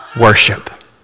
worship